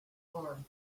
arm